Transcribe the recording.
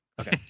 okay